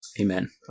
Amen